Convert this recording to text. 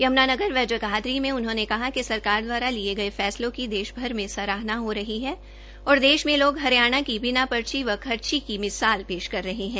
यमूनानगर व जगाधरी में उन्होंने कहा कि सरकार द्वारा लिये गये फैसलों की देशभर में सराहना हो रही है और देश में लोग हरियाणा की बिना पर्ची व खर्ची की मिसाल पेश कर रहे है